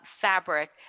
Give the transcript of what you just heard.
fabric